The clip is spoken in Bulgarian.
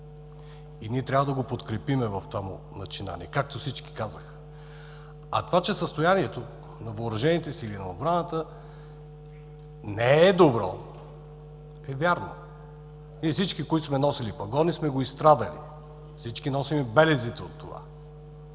Ние трябва да го подкрепим в това му начинание, както всички казаха. Това че състоянието на въоръжените сили, на отбраната, не е добро, е вярно. Всички, които сме носили пагони сме го изстрадали, всички носим белезите от това.